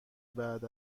بعد